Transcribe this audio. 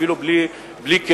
אפילו בלי,